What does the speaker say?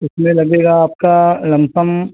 इसमें लगेगा आपका लंपसम